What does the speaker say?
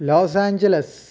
Los Angeles